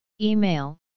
Email